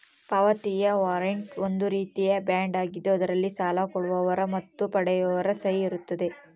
ಪಾವತಿಯ ವಾರಂಟ್ ಒಂದು ರೀತಿಯ ಬಾಂಡ್ ಆಗಿದ್ದು ಅದರಲ್ಲಿ ಸಾಲ ಕೊಡುವವರ ಮತ್ತು ಪಡೆಯುವವರ ಸಹಿ ಇರುತ್ತದೆ